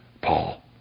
Paul